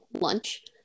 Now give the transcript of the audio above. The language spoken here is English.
lunch